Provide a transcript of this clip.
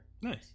Nice